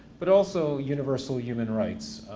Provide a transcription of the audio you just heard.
but also universal human rights.